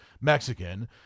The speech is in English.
Mexican